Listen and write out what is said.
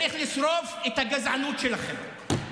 צריך לשרוף את הגזענות שלכם.